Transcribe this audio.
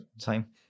time